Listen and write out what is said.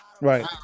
right